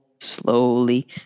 slowly